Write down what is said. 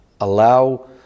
allow